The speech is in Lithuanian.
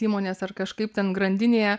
įmonės ar kažkaip ten grandinėje